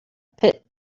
pit